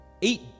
eat